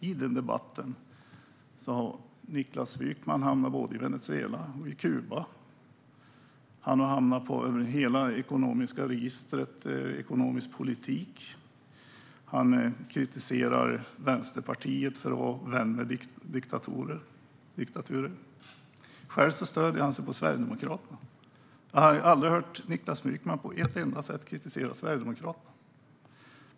I den debatten har Niklas Wykman hamnat både i Venezuela och Kuba. Han har rört sig över hela registret när det gäller den ekonomiska politiken. Han kritiserar Vänsterpartiet för att vara vän med diktaturer, men själv stöder han sig på Sverigedemokraterna. Jag har aldrig hört Niklas Wykman på ett enda sätt kritisera Sverigedemokraterna.